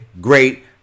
great